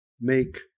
make